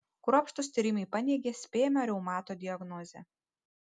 kruopštūs tyrimai paneigė spėjamą reumato diagnozę